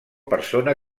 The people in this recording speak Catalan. persona